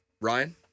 Ryan